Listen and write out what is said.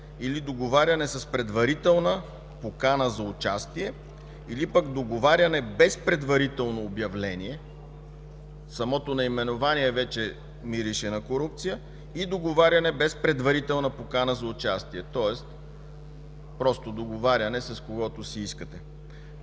или договаряне с предварителна покана за участие, или пък договаряне без предварително обявление – самото наименование вече мирише на корупция – и договаряне без предварителна покана за участие, тоест просто договаряне с когото си искате.